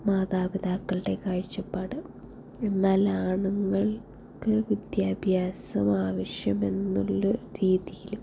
മാതാപിതാക്കളുടെ കാഴ്ച്ചപാട് എന്നാൽ ആണുങ്ങൾക്ക് വിദ്യാഭ്യാസം ആവശ്യമെന്നുള്ള രീതിയിൽ